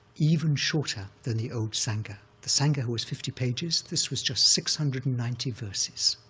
even shorter than the old sangaha. the sangaha was fifty pages. this was just six hundred and ninety verses,